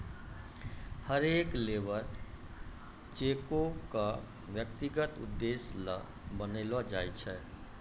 हरेक लेबर चेको क व्यक्तिगत उद्देश्य ल बनैलो जाय छै